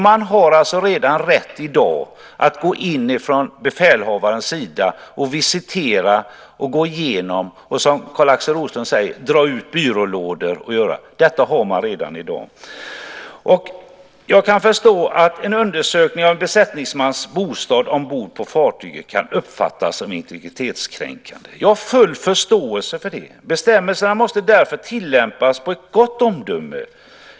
Man har alltså redan i dag rätt att gå in från befälhavarens sida och visitera, gå igenom och, som Carl-Axel Roslund säger, dra ut byrålådor. Denna rätt har man redan i dag. Jag kan förstå att en undersökning av besättningsmans bostad ombord på fartyget kan uppfattas som integritetskränkande. Jag har full förståelse för det. Bestämmelserna måste därför tillämpas med gott omdöme.